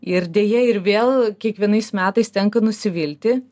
ir deja ir vėl kiekvienais metais tenka nusivilti